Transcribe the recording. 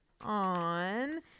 on